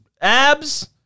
abs